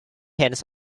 hens